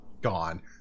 gone